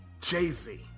Jay-Z